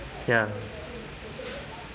ya